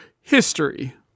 history